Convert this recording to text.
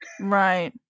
Right